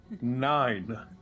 Nine